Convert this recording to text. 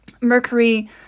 Mercury